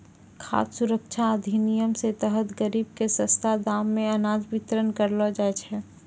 खाद सुरक्षा अधिनियम रो तहत गरीब के सस्ता दाम मे अनाज बितरण करलो जाय छै